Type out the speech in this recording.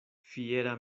fiera